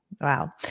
Wow